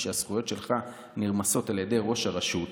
שהזכויות שלך נרמסות על ידי ראש הרשות,